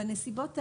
בנסיבות האלה,